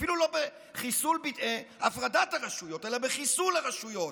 אפילו לא בחיסול הפרדת הרשויות אלא בחיסול הרשויות,